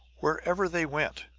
wherever they went,